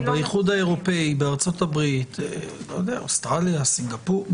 באיחוד האירופי, בארצות-הברית, אוסטרליה, סינגפור?